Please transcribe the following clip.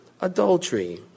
Adultery